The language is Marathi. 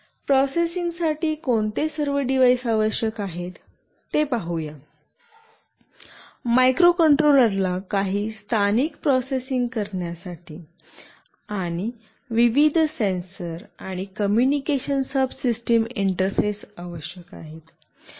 प्रोसेसिंग साठी कोणते सर्व डिव्हाइस आवश्यक आहेत ते पाहूया मायक्रोकंट्रोलर ला काही स्थानिक प्रोसेसिंग करण्यासाठी आणि विविध सेन्सर आणि कम्युनिकेशन सबसिस्टिम इंटरफेस आवश्यक आहे